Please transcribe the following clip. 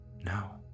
now